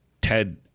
Ted